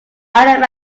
out